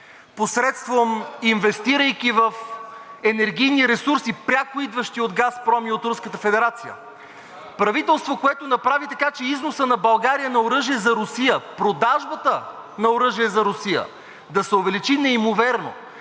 посредством инвестиции в енергийни ресурси, пряко идващи от „Газпром“ и от Руската федерация; правителство, което направи така, че износът на България на оръжие за Русия, продажбата на оръжие за Русия да се увеличи неимоверно,